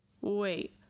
Wait